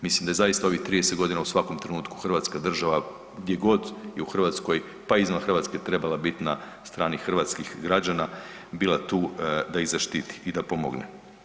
Mislim da je zaista ovih 30 godina u svakom trenutku hrvatska država, gdje god je u Hrvatskoj, pa i izvan Hrvatske trebala biti na strani hrvatskih građana, bila tu da ih zaštiti i da pomogne.